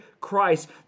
Christ